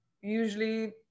usually